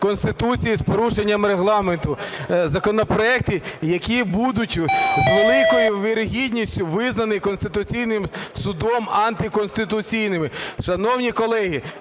Конституції, з порушенням Регламенту, законопроекти, які будуть, з великою вірогідністю, визнані Конституційним Судом антиконституційними. Шановні колеги,